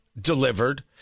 delivered